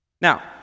Now